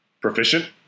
proficient